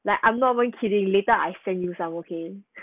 like I'm not even kidding later I send you some okay